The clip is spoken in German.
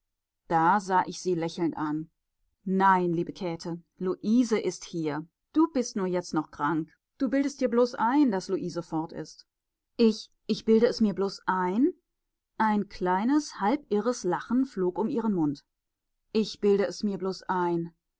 da sah ich sie lächelnd an nein liebe käthe luise ist hier du bist nur jetzt noch krank du bildest dir bloß ein daß luise fort ist ich ich bilde es mir bloß ein ein kleines halb irres lachen flog um ihren mund ich bilde es mir bloß ein